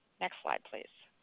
next slide please.